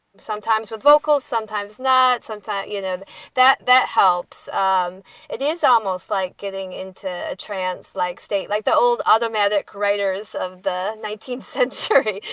sometimes with vocals, sometimes not santa. you know that that helps. um it is almost like getting into a trance like state, like the old other magic writers of the nineteenth century.